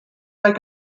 like